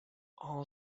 all